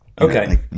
Okay